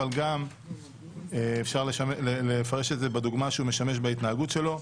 אבל גם אפשר לפרש את זה בדוגמה שהוא משמש בהתנהגות שלו.